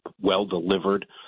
well-delivered